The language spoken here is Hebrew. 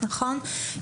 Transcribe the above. חנן,